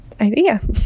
idea